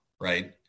right